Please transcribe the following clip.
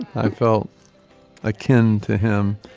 i felt akin to him.